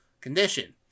condition